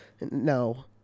No